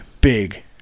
big